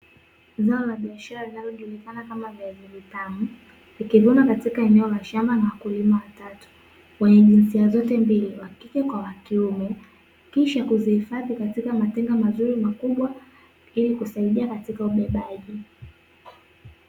Zao la biashara linalojulikana kama viazi vitamu, likivunwa katika eneo la shamba na wakulima watatu wenye jinsia zote mbili, wakike kwa wakiume; kisha kuzihifadhi katika matenga mazuri makubwa ili kusaidia katika ubebaji